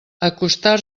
acostar